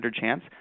chance